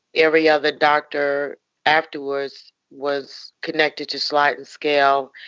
every other doctor afterwards was connected to slidin' scale.